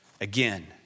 Again